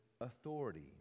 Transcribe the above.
authority